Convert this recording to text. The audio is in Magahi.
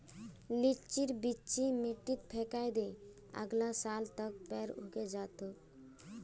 लीचीर बीज मिट्टीत फेकइ दे, अगला साल तक पेड़ उगे जा तोक